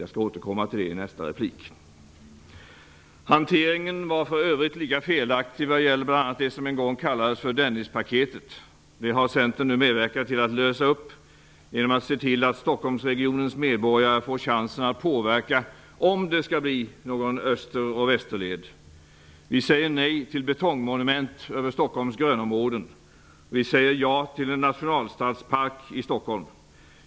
Jag skall återkomma till detta i min första replik. Hanteringen var för övrigt lika felaktig när det gäller bl.a. det som en gång kallades för Dennispaketet. Detta har Centern nu medverkat till att lösa upp genom att se till att Stockholmsregionens medborgare får chansen att påverka om det skall bli någon Österled och Västerled. Vi säger nej till betongmonument över Stockholms grönområden. Vi säger ja till en nationalstadspark i Stockholm.